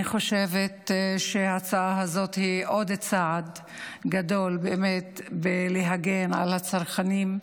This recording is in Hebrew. אני חושבת שההצעה הזאת היא עוד צעד גדול באמת בהגנה על הצרכנים,